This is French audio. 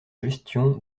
gestion